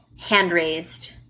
hand-raised